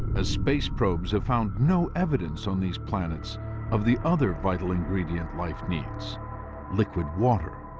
as space probes have found no evidence on these planets of the other vital ingredient life needs liquid water.